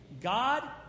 God